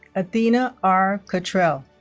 athena r. cottrell